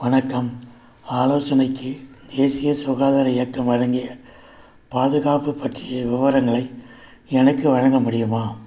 வணக்கம் ஆலோசனைக்கு தேசிய சுகாதார இயக்கம் வழங்கிய பாதுகாப்பு பற்றிய விவரங்களை எனக்கு வழங்க முடியுமா